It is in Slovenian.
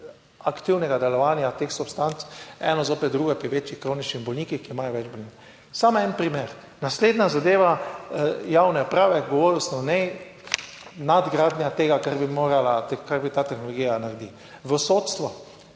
aktivnega delovanja teh substanc eno zoper drugo pri večjih kroničnih bolnikih, ki imajo več bolezni. Samo en primer, naslednja zadeva javne uprave, govoril sem o njej, nadgradnja tega, kar bi morala, kar ta tehnologija naredi. V sodstvu